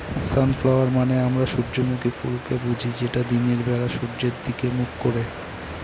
sunflower মানে আমরা সূর্যমুখী ফুলকে বুঝি যেটা দিনের বেলা সূর্যের দিকে মুখ করে